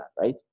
right